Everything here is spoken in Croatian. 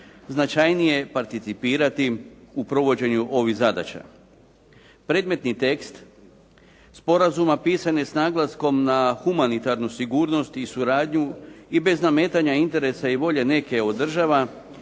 značajnije participirati u provođenju ovih zadaća. Predmetni tekst sporazuma pisane s naglaskom na humanitarnu sigurnost i suradnju i bez nametanja interesa i volje neke od država,